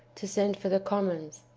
to send for the commons.